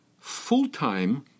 full-time